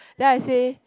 then I say